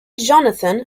jonathan